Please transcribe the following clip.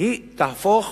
היא תעבור